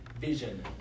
vision